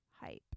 hype